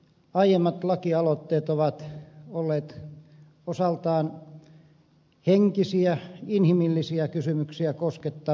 aiemmat lakialoitteet ovat olleet osaltaan henkisiä inhimillisiä kysymyksiä koskettavia